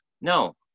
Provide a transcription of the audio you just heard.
no